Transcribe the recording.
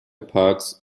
parks